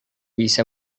bisa